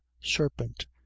serpent